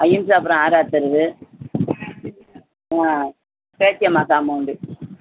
அகிம்சாபுரம் ஆறாவுது தெரு ஆ பேச்சியம்மா காமௌண்டு